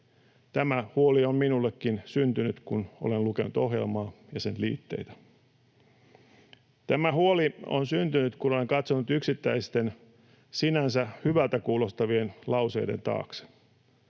Tämä huoli on minullekin syntynyt, kun olen lukenut ohjelmaa ja sen liitteitä. Tämä huoli on syntynyt, kun olen katsonut yksittäisten sinänsä hyvältä kuulostavien lauseiden taakse.